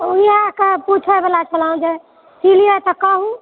ओएह पूछैवला छलहुँ जे सिलिऐ तऽ कहु